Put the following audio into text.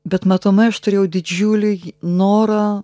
bet matomai aš turėjau didžiulį norą